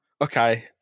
Okay